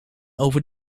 over